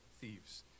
thieves